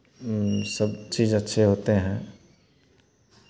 सब चीज़ अच्छे होते हैं